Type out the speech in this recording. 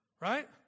Right